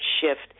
shift